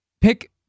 pick